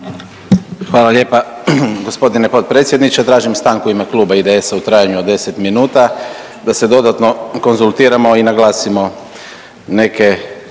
Hvala lijepa gospodine potpredsjedniče. Tražim stanku u ime kluba IDS-a u trajanju od 10 minuta da se dodatno konzultiramo i naglasimo neke